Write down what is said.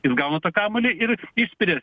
jis gauna tą kamuolį ir įspiria